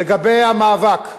לגבי המאבק,